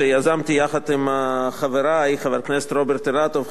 שיזמתי יחד עם חברי חבר הכנסת רוברט אילטוב,